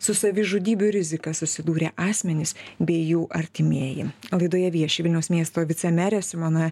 su savižudybių rizika susidūrę asmenys bei jų artimieji laidoje vieši vilniaus miesto vicemerė simona